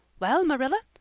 well, marilla,